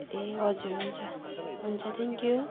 ए हजुर हुन्छ हुन्छ थ्याङ्क यू